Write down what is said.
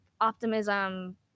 optimism